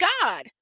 God